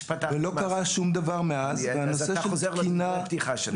לא קרה שום דבר מאז והנושא של תקינה --- אתה חוזר על דברי הפתיחה שלי.